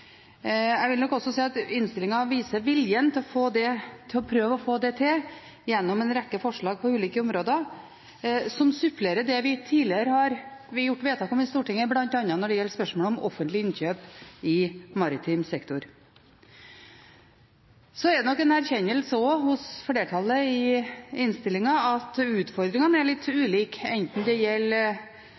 Jeg vil nok også si at innstillingen viser viljen til å prøve å få det til, gjennom en rekke forslag på ulike områder, som supplerer det vi tidligere har gjort vedtak om i Stortinget, bl.a. når det gjelder spørsmål om offentlige innkjøp i maritim sektor. Så er det nok også en erkjennelse hos flertallet i innstillingen at utfordringene er litt ulike, enten det gjelder